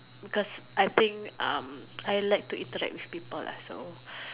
because I think um I like to interact with people lah so